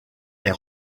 est